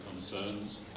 concerns